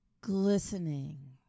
glistening